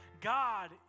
God